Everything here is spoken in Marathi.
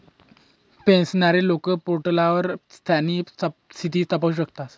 पेन्शनर लोके पोर्टलवर त्यास्नी स्थिती तपासू शकतस